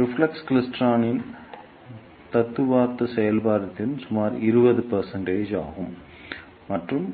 reflex கிளைஸ்டிரானின் தத்துவார்த்த செயல்திறன் சுமார் 20 ஆகும் மற்றும்